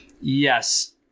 yes